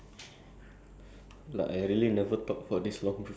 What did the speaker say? cause I barely use use use my phone to